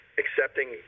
accepting